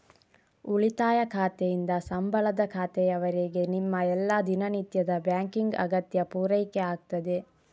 ಉಳಿತಾಯ ಖಾತೆಯಿಂದ ಸಂಬಳದ ಖಾತೆಯವರೆಗೆ ನಿಮ್ಮ ಎಲ್ಲಾ ದಿನನಿತ್ಯದ ಬ್ಯಾಂಕಿಂಗ್ ಅಗತ್ಯ ಪೂರೈಕೆ ಆಗ್ತದೆ